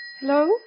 Hello